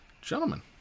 gentlemen